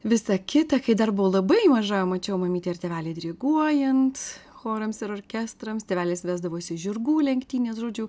visa kita kai dar buvau labai maža mačiau mamytę ir tėvelį diriguojant chorams ir orkestrams tėvelis vesdavosi į žirgų lenktynes žodžiu